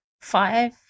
Five